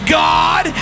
god